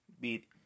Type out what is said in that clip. beat